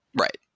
Right